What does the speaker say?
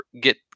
get